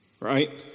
right